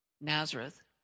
Nazareth